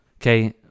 Okay